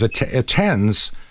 attends